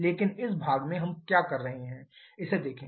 लेकिन इस भाग में हम क्या कर रहे हैं इसे देखें